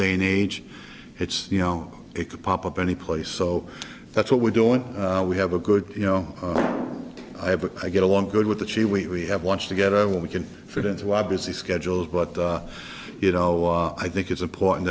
day and age it's you know it could pop up any place so that's what we're doing we have a good you know i have a i get along good with the chee we have wants to get out when we can fit into why busy schedules but you know i think it's important